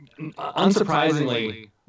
unsurprisingly